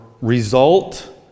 Result